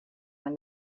when